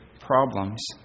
problems